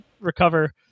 recover